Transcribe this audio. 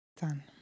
Done